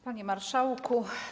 Panie Marszałku!